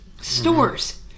stores